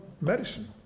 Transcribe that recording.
medicine